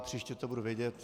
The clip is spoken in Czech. Příště to budu vědět.